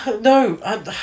No